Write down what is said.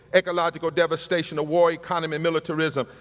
ecological devastation, of war economy, militarism,